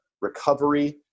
recovery